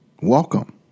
welcome